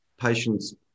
patients